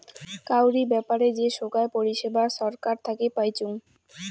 কাউরি ব্যাপারে যে সোগায় পরিষেবা ছরকার থাকি পাইচুঙ